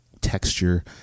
texture